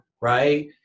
Right